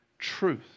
truth